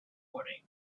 morning